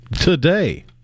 today